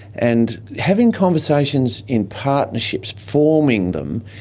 and having conversations in partnerships, forming them,